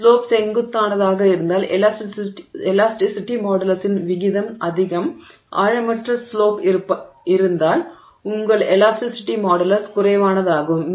slope செங்குத்தானதாக இருந்தால் elasticity மாடுலஸின் விகிதம் அதிகம் ஆழமற்ற ஸ்லோப் இருந்தால் உங்கள் எலாஸ்டிஸிட்டி மாடுலஸ் குறைவானதாகும்